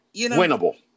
Winnable